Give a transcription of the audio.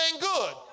good